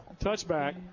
touchback